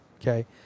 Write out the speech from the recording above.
Okay